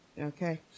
okay